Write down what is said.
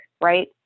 right